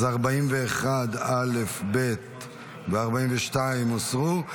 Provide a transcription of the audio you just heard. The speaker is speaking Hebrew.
41א' וב' ו-42 הוסרו.